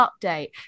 update